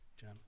John